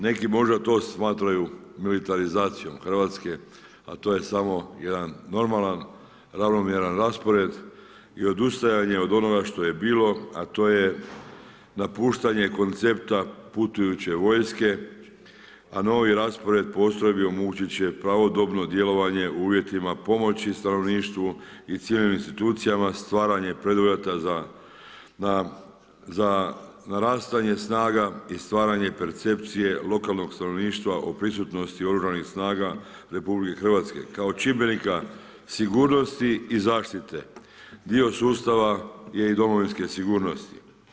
Neki to možda smatraju militarizacijom Hrvatske, a to je samo jedan normalan ravnomjeran raspored i odustajanje od onoga što je bilo, a to je napuštanje koncepta putujuće vojske, a novi raspored postrojbi omogućit će pravodobno djelovanje u uvjetima pomoći stanovništvu i civilnim institucijama, stvaranje preduvjeta za narastanje snaga i stvaranje percepcije lokalnog stanovništva o prisutnosti Oružanih snaga RH kao čimbenika sigurnosti i zaštite, dio sustava je i domovinske sigurnosti.